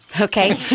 Okay